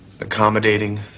accommodating